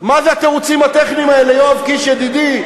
מה זה התירוצים הטכניים האלה, יואב קיש ידידי?